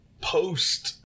post